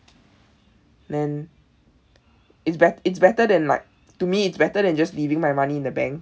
then it's bet~ it's better than like to me it's better than just leaving my money in the bank